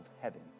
heaven